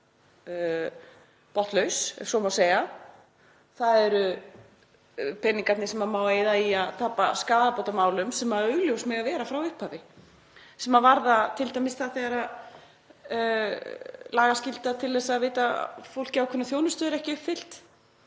botnlaus, ef svo má segja, það eru peningarnir sem á að eyða í að tapa skaðabótamálum sem augljós mega vera frá upphafi, sem varða t.d. það þegar lagaskylda til að veita fólki ákveðna þjónustu er ekki uppfyllt.